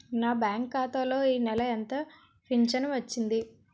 నా బ్యాంక్ ఖాతా లో ఈ నెల ఎంత ఫించను వచ్చింది?